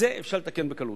את זה אפשר לתקן בקלות.